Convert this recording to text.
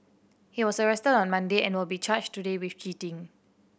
he was arrested on Monday and will be charged today with cheating